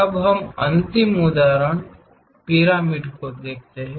अब हम अंतिम उदाहरण पिरामिड को देखते हैं